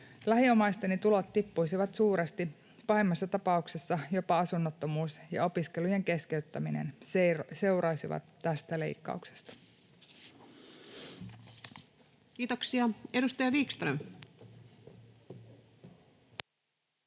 ”Lähiomaisteni tulot tippuisivat suuresti, pahimmassa tapauksessa jopa asunnottomuus ja opiskelujen keskeyttäminen seuraisivat tästä leikkauksesta.” Kiitoksia. — Edustaja Wickström.